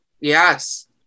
yes